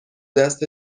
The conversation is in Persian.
دست